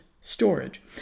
storage